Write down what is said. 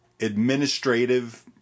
administrative